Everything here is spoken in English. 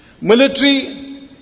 Military